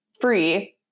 free